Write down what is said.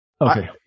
Okay